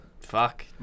fuck